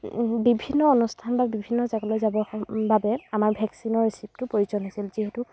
বিভিন্ন অনুষ্ঠান বা বিভিন্ন জাগালৈ যাব বাবে আমাক ভেকচিনৰ ৰিচিপটো প্ৰয়োজন হৈছিল যিহেতু